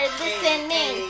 listening